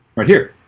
right here,